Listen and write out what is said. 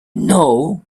know